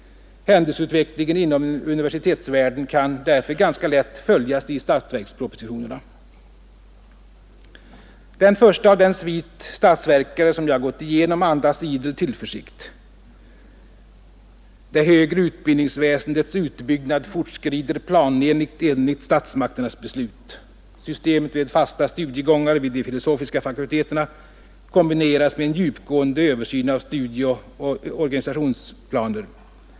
Händelseutvecklingen inom universitetsvärlden kan därför ganska lätt följas i statsverkspropositionerna. Den första av den svit ”statsverkare” som jag gått igenom andas idel tillförsikt: ”Det högre utbildningsväsendets utbyggnad fortskrider planenligt enligt statsmakternas beslut. Systemet med fasta studiegångar vid de filosofiska fakulteterna kombineras med en djupgående översyn av studieoch organisationsplaner.